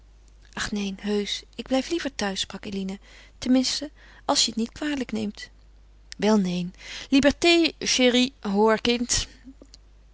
ach neen heusch ik blijf liever thuis sprak eline ten minste als je het niet kwalijk neemt wel neen liberté chérie hoor kind